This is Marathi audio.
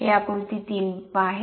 हे आकृती 3 आहे